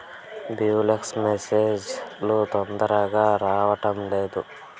Balance message లు తొందరగా రావడం లేదు?